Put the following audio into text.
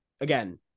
again